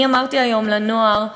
אמרתי היום לנוער,